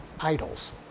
Idols